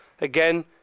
again